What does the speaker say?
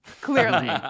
clearly